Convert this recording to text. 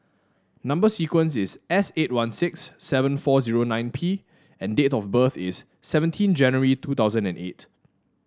number sequence is S eight one six seven four zero nine P and date of birth is seventeen January two thousand and eight